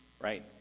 right